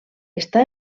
està